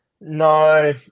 No